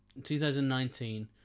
2019